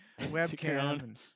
webcam